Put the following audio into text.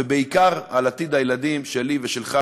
ובעיקר על עתיד הילדים שלי ושלך,